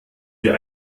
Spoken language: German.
wir